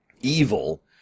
Evil